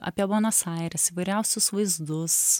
apie buenos aires įvairiausius vaizdus